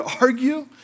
argue